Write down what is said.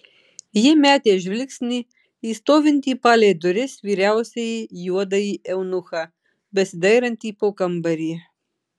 ji metė žvilgsnį į stovintį palei duris vyriausiąjį juodąjį eunuchą besidairantį po kambarį